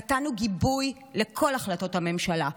נתנו גיבוי לכל החלטות הממשלה,